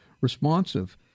responsive